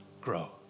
grow